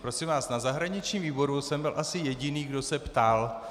Prosím vás, na zahraničním výboru jsem byl asi jediný, kdo se ptal.